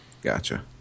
Gotcha